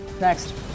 next